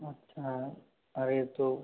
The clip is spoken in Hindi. अच्छा अरे तो